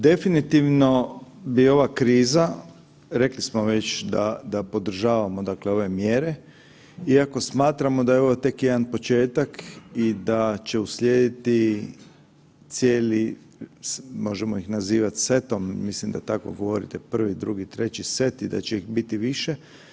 Definitivno bi ova kriza, rekli smo već da podržavamo dakle ove mjere iako smatramo da je ovo tek jedan početak i da će uslijediti cijeli, možemo ih nazivati setom, mislim da tako govorite, prvi, drugi, treći set i da će ih biti više.